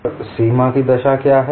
और सीमा की दशा क्या है